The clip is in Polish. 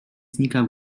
znika